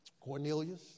Cornelius